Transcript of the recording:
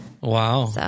Wow